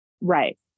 Right